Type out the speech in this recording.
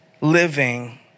living